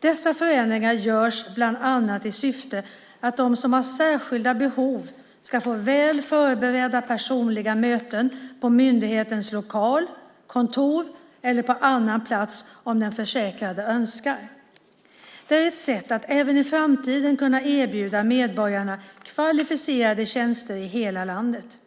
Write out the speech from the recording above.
Dessa förändringar görs bland annat i syfte att de som har särskilda behov ska få väl förberedda personliga möten på myndighetens lokalkontor eller på annan plats om den försäkrade önskar. Det är ett sätt att även i framtiden kunna erbjuda medborgarna kvalificerade tjänster i hela landet.